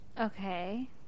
Okay